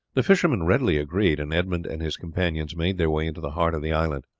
the fisherman readily agreed, and edmund and his companions made their way into the heart of the island.